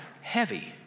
heavy